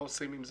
עושים עם זה?